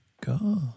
God